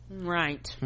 Right